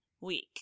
week